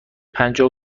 پجاه